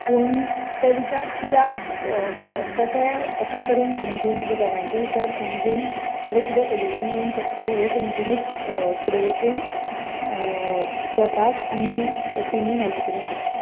पूण ते विचार किद्याक कशे एका तरेन समजून म्हणजे दोगांयनचे विचार समजून ताचे किदें सोल्यूशन येवंक शकता हें समजुनूच फुडें वचून स्वताक आनी टीमीक हेल्प करूंक शकता